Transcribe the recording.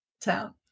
town